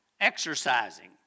exercising